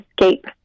escape